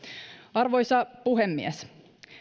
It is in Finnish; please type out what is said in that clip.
arvoisa puhemies